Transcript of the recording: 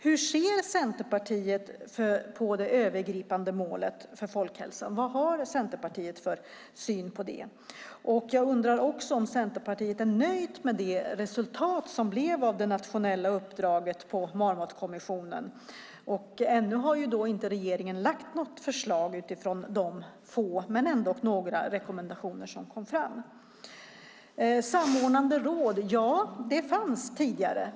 Hur ser Centerpartiet på det övergripande målet för folkhälsan? Vad har Centerpartiet för syn på det? Jag undrar också om Centerpartiet är nöjt med resultatet av det nationella uppdraget med anledning av Marmotkommissionen. Regeringen har ännu inte lagt fram något förslag utifrån de få men ändå några rekommendationer som kom fram. Det fanns tidigare ett samordnande råd.